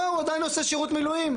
לא, הוא עדיין עושה שירות מילואים.